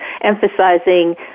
emphasizing